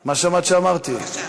חבר הכנסת אייכלר.